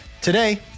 today